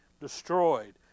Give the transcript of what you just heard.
destroyed